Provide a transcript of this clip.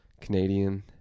Canadian